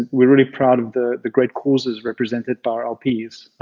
we're really proud of the the great causes represented by our lps.